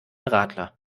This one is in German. radler